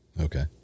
Okay